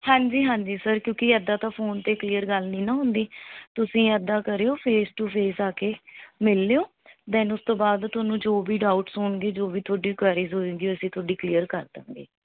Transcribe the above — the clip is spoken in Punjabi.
ਹਾਂਜੀ ਹਾਂਜੀ ਸਰ ਕਿਉਂਕਿ ਇੱਦਾਂ ਤਾਂ ਫੋਨ 'ਤੇ ਕਲੀਅਰ ਗੱਲ ਨਹੀਂ ਨਾ ਹੁੰਦੀ ਤੁਸੀਂ ਇੱਦਾਂ ਕਰਿਓ ਫੇਸ ਟੂ ਫੇਸ ਆ ਕੇ ਮਿਲ ਲਿਓ ਦੈਨ ਉਸ ਤੋਂ ਬਾਅਦ ਤੁਹਾਨੂੰ ਜੋ ਵੀ ਡਾਊਟਸ ਹੋਣਗੇ ਜੋ ਵੀ ਤੁਹਾਡੀ ਕੁਐਰੀਜ਼ ਹੋਏਗੀ ਅਸੀਂ ਤੁਹਾਡੀ ਕਲੀਅਰ ਕਰ ਦਾਂਗੇ